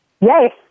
Yes